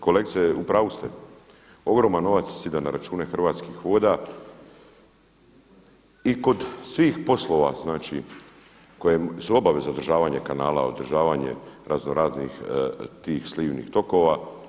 Kolegice u pravu ste, ogroman novac sjeda na račune Hrvatskih voda i kod svih poslova znači koje su obaveze održavanje kanala, održavanje razno raznih tih slivnih tokova.